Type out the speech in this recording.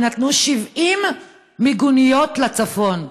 ונתנו 70 מיגוניות לצפון.